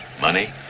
money